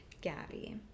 Gabby